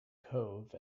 cove